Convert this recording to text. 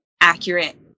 accurate